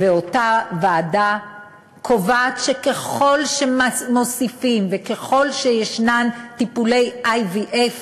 ואותה ועדה קובעת שככל שמוסיפים וככל שיש טיפולי IVF